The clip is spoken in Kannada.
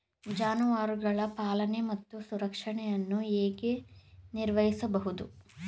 ಜಾನುವಾರುಗಳ ಪಾಲನೆ ಮತ್ತು ಸಂರಕ್ಷಣೆಯನ್ನು ಹೇಗೆ ನಿರ್ವಹಿಸಬಹುದು?